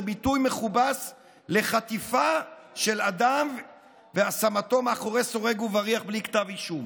זה ביטוי מכובס לחטיפה של אדם והשמתו מאחורי סורג ובריח בלי כתב אישום.